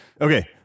okay